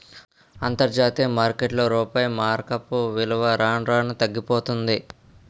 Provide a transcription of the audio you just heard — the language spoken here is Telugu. అంతర్జాతీయ మార్కెట్లో రూపాయి మారకపు విలువ రాను రానూ తగ్గిపోతన్నాది